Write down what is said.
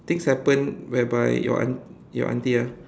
things happen whereby your aunt your aunty ah